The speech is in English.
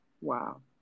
wow